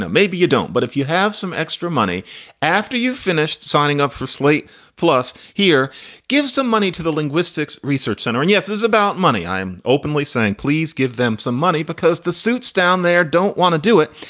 maybe you don't, but if you have some extra money after you've finished signing up for slate plus here gives money to the linguistics research center. and yes, it is about money. i'm openly saying, please give them some money because the suit's down there. don't want to do it.